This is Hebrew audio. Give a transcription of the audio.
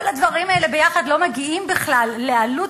כל הדברים האלה יחד לא מגיעים בכלל לעלות